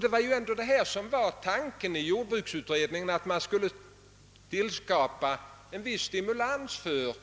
Det var det som var tanken i jordbruksutredningens förslag, alltså att man skulle skapa en stimulans för